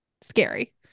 scary